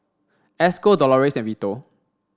Esco Dolores and Vito